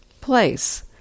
place